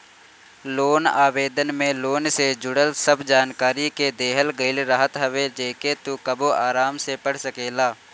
loan आवेदन में loan से जुड़ल सब जानकरी के देहल गईल रहत हवे जेके तू कबो आराम से पढ़ सकेला